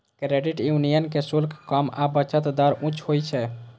credit union के शुल्क कम आ बचत दर उच्च होइ छै